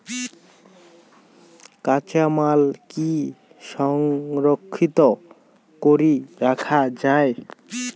কাঁচামাল কি সংরক্ষিত করি রাখা যায়?